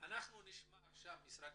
אנחנו נשמע עכשיו את משרד